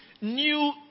new